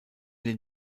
den